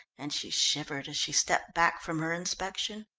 and she shivered as she stepped back from her inspection.